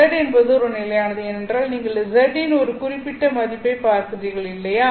z என்பது ஒரு நிலையானது ஏனென்றால் நீங்கள் z இன் ஒரு குறிப்பிட்ட மதிப்பைப் பார்க்கிறீர்கள் இல்லையா